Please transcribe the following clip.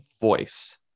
voice